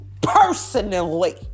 personally